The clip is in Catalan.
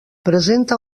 presenta